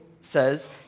says